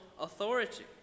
authority